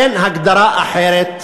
אין הגדרה אחרת להתנחלויות.